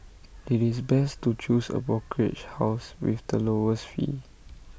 IT is best to choose A brokerage house with the lowest fees